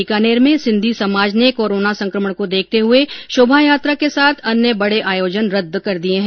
बीकानेर में सिंधी समाज ने कोरोना संक्रमण को देखते हुए शोभायात्रा के साथ अन्य बड़े आयोजन रद्द कर दिए हैं